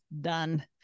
done